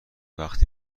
وقتی